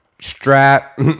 strap